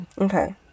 okay